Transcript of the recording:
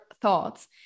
thoughts